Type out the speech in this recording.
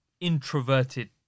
introverted